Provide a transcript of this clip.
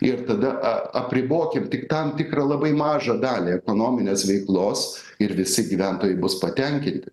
ir tada a apribokim tik tam tikrą labai mažą dalį ekonominės veiklos ir visi gyventojai bus patenkinti